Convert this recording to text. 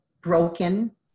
broken